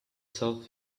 sought